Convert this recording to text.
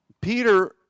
Peter